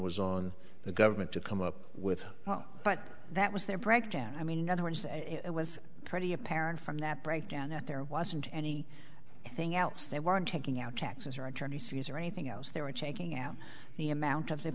was on the government to come up with but that was their breakdown i mean in other words and it was pretty apparent from that breakdown that there wasn't any thing else they weren't taking out taxes or attorney's fees or anything else they were taking out the amount of the